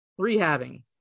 rehabbing